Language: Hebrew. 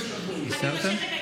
אני מושכת את ההסתייגויות.